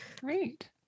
great